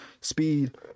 speed